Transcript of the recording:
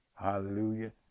Hallelujah